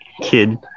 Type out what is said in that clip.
kid